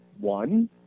One